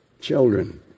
children